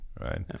right